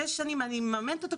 שש שנים אני מממנת אותי,